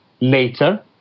later